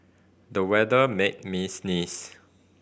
the weather made me sneeze